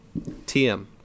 TM